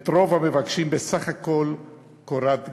את רוב המבקשים בסך הכול קורת גג.